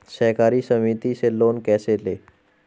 सहकारी समिति से लोन कैसे लें?